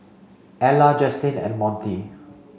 Ela Jaslene and Monte